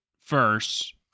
First